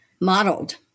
modeled